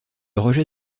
rejet